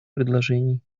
предложений